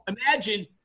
imagine